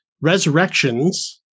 Resurrections